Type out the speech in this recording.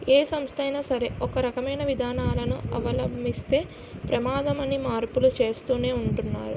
ఏ సంస్థ అయినా సరే ఒకే రకమైన విధానాలను అవలంబిస్తే ప్రమాదమని మార్పులు చేస్తూనే ఉంటున్నారు